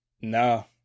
No